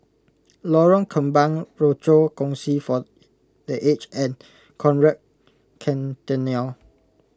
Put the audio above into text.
Lorong Kembang Rochor Kongsi for the Aged and Conrad Centennial